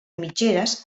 mitgeres